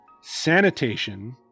sanitation